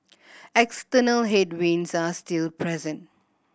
external headwinds are still present